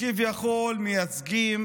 כביכול מייצגים